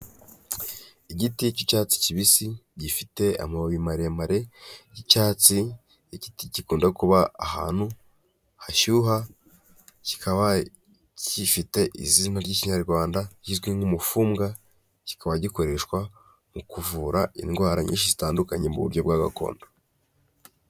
Igiti cy'icyatsi kibisi gifite amababi maremare y'icyatsi igiti gikunda kuba ahantu hashyuha kikaba gifite izina ry'Ikinyarwanda kizwi nk'umufumbwa kikaba gikoreshwa mu kuvura indwara nyinshi zitandukanye muburyo bwa gakondo.